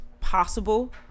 possible